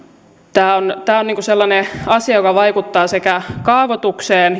tämä on tämä on sellainen asia joka vaikuttaa sekä kaavoitukseen